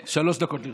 שלוש דקות לרשותך.